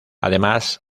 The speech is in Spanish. además